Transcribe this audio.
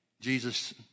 Jesus